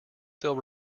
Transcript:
they’ll